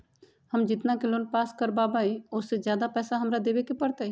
हम जितना के लोन पास कर बाबई ओ से ज्यादा पैसा हमरा देवे के पड़तई?